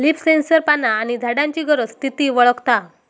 leaf sensor पाना आणि झाडांची गरज, स्थिती वळखता